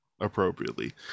appropriately